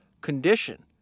condition